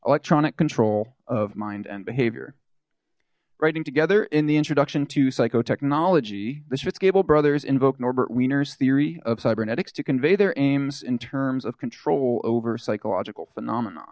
electronic control of mind and behavior writing together in the introduction to psycho technology the schvitz cable brothers invoke norbert wieners theory of cybernetics to convey their aims in terms of control over psychological phenomena